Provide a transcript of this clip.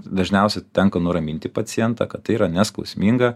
dažniausiai tenka nuraminti pacientą kad tai yra neskausminga